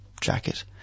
jacket